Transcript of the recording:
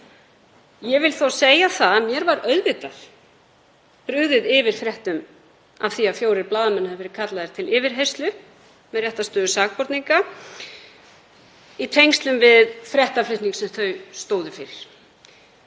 Ég vil þó segja að mér var auðvitað brugðið yfir fréttum af því að fjórir blaðamenn hefðu verið kallaðir til yfirheyrslu með réttarstöðu sakborninga í tengslum við fréttaflutning sem þau stóðu fyrir.